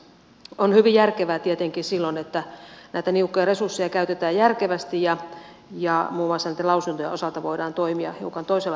on hyvin järkevää tietenkin silloin että näitä niukkoja resursseja käytetään järkevästi ja muun muassa niitten lausuntojen osalta voidaan toimia hiukan toisella tavalla